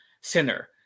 Sinner